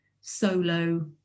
solo